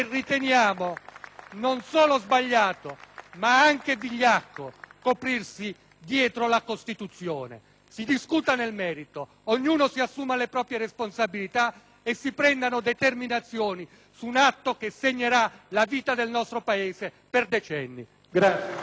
non solo sbagliato, ma anche vigliacco coprirsi dietro la Costituzione. Si discuta nel merito, ognuno si assuma le proprie responsabilità e si prendano determinazioni su un atto che segnerà la vita del nostro Paese per decenni.